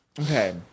Okay